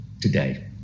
today